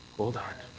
hold on.